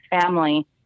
family